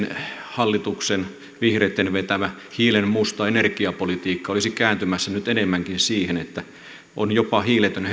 hallituksen vihreitten vetämä hiilenmusta energiapolitiikka olisi kääntymässä nyt enemmänkin siihen että on jopa